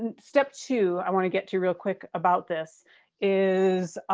and step two i want to get to real quick about this is